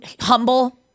humble